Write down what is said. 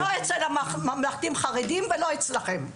לא אצל הממלכתי-חרדי ולא אצלכם.